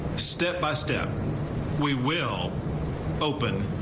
step by step we will open.